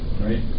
right